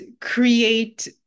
create